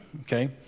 Okay